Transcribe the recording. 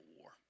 war